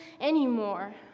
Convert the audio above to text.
anymore